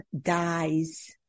dies